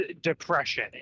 depression